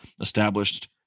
established